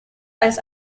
als